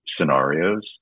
scenarios